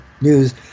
news